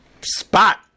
spot